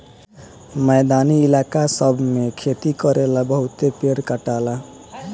मैदानी इलाका सब मे खेती करेला बहुते पेड़ कटाला